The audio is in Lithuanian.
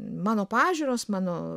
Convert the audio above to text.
mano pažiūros mano